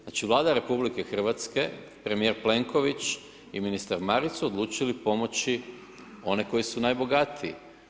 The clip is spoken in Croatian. Znači Vlada RH, premijer Plenković i ministar Marić su odlučili pomoći one koji su najbogatiji.